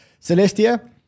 Celestia